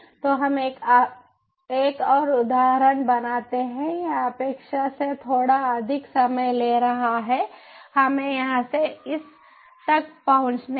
तो हम एक और उदाहरण बनाते है यह अपेक्षा से थोड़ा अधिक समय ले रहा है हमें यहां से इस तक पहुंचने दें